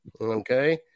Okay